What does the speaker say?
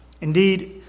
Indeed